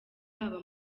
haba